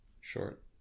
short